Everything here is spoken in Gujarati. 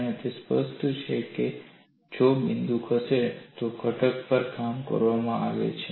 અને તે સ્પષ્ટ છે કે જો બિંદુ ખસેડે તો ઘટક પર કામ કરવામાં આવે છે